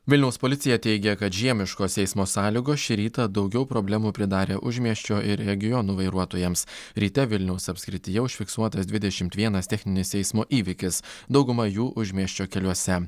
vilniaus policija teigia kad žiemiškos eismo sąlygos šį rytą daugiau problemų pridarė užmiesčio ir regionų vairuotojams ryte vilniaus apskrityje užfiksuotas dvidešimt vienas techninis eismo įvykis dauguma jų užmiesčio keliuose